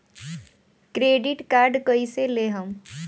Credit card कईसे लेहम?